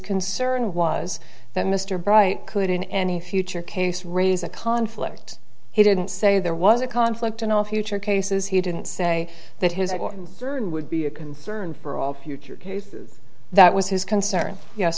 concern was that mr bright could in any future case raise a conflict he didn't say there was a conflict in all future cases he didn't say that his concern would be a concern for all future cases that was his concern yes